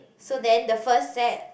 so then the first set